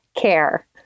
care